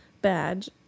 badge